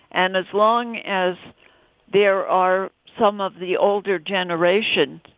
and as long as there are some of the older generation,